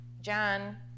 John